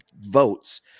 votes